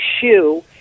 shoe